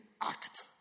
act